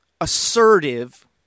assertive